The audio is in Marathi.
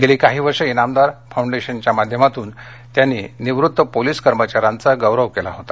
गेले काही वर्ष इनामदार फाउंडेशनच्या माध्यमातून त्यांनी निवृत्त पोलिस कर्मचाऱ्यांचा गौरव केला होता